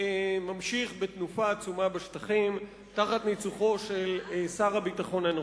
ממשיך בתנופה עצומה בשטחים תחת ניצוחו של שר הביטחון הנוכחי.